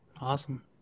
Awesome